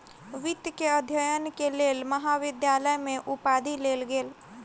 वित्त के अध्ययन के लेल महाविद्यालय में उपाधि देल गेल